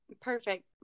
Perfect